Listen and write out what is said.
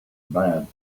bad